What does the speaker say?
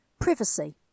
Privacy